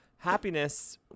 Happiness